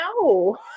no